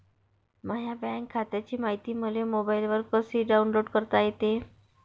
माह्या बँक खात्याची मायती मले मोबाईलवर कसी डाऊनलोड करता येते?